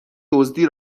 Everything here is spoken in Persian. دزدی